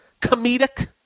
comedic